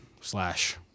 slash